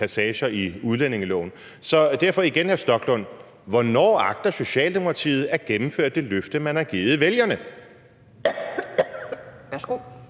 passager i udlændingeloven. Så derfor spørger jeg igen hr. Rasmus Stoklund: Hvornår agter Socialdemokratiet at gennemføre det løfte, man har givet vælgerne? Kl.